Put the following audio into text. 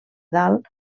dalt